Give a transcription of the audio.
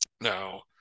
Now